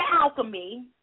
alchemy